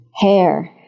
hair